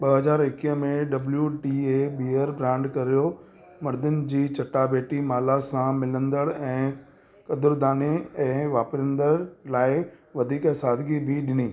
ॿ हज़ार एकवीह में डब्लू टी ए ॿीहंर ब्रांड कयो मर्दनि जी चटाभेटी माला सां मिलंदड़ ऐं क़दुर्दाननि ऐं वापरिदड़ लाइ वधीक सादगी बि ॾिनी